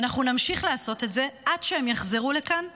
ואנחנו נמשיך לעשות את זה עד שהם יחזרו לכאן ומייד.